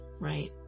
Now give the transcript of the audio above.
right